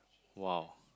!wow!